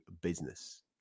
business